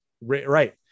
Right